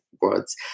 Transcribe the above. words